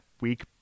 week